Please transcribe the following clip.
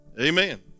Amen